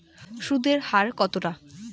সুদের হার কতটা?